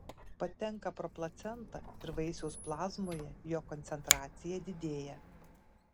patenka pro placentą ir vaisiaus plazmoje jo koncentracija didėja